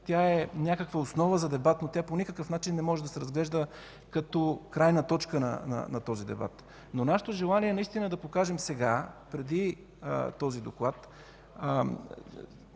тя е някаква основа за дебат, но тя по никакъв начин не може да се разглежда като крайна точка на този дебат. Нашето желание е наистина да покажем сега, преди този доклад,